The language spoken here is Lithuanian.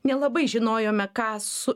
nelabai žinojome ką su